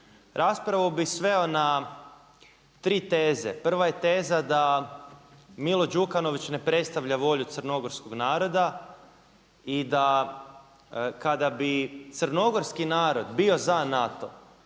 Raspravu bi sveo na tri teze, prva je teza da Milo Đukanović ne predstavlja volju crnogorskog naroda, i da kada bi crnogorski narod bio za NATO